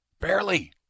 Barely